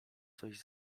coś